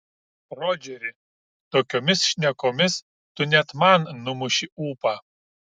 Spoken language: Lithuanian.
rodžeri tokiomis šnekomis tu net man numuši ūpą